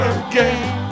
again